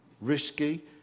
risky